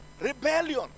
Rebellion